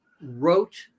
wrote